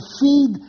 feed